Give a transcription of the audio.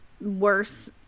worse